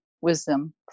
wisdom